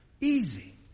Easy